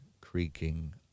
creaking